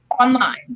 online